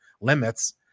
limits –